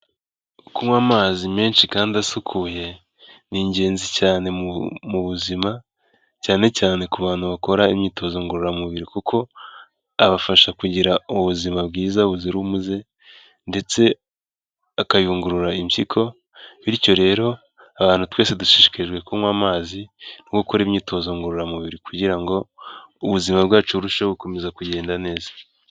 Kunywa amazi menshi kandi asukuye ni ingenzi cyane mu buzima, cyane cyane ku bantu bakora imyitozo ngororamubiri kuko abafasha kugira ubuzima bwiza buzira umuze ndetse akayungurura impyiko, bityo rero abantu twese dushishikajwe kunywa amazi no gukora imyitozo ngororamubiri kugira ngo ubuzima bwacu burusheho gukomeza kugenda neza.